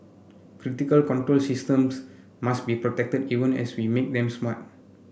critical control systems must be protected even as we make them smart